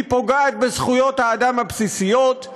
היא פוגעת בזכויות האדם הבסיסיות,